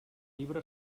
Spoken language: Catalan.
llibre